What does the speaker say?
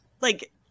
Like-